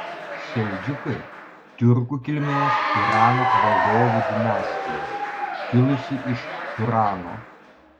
seldžiukai tiurkų kilmės irano valdovų dinastija kilusi iš turano